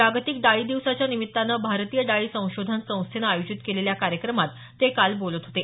जागतिक डाळी दिवसाच्या निमित्तानं भारतीय डाळी संशोधन संस्थेने आयोजित केलेल्या कार्यक्रमात ते काल बोलत होते